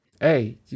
Hey